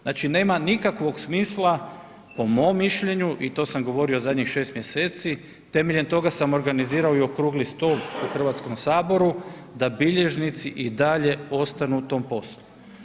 Znači nema nikakvog smisla po mom mišljenju i to sam govorio zadnjih šest mjeseci, temeljem toga sam organizirao i okrugli stol u Hrvatskom saboru da bilježnici i dalje ostanu u tom poslu.